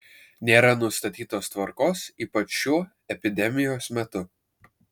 nėra nustatytos tvarkos ypač šiuo epidemijos metu